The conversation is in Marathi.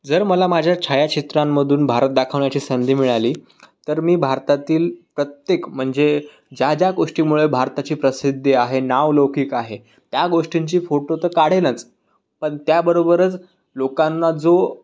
जर मला माझ्या छायाचित्रांमधून भारत दाखवण्याची संधी मिळाली तर मी भारतातील प्रत्येक म्हणजे ज्या ज्या गोष्टीमुळे भारताची प्रसिद्धी आहे नावलौकिक आहे त्या गोष्टींचे फोटो तर काढेनच पण त्याबरोबरच लोकांना जो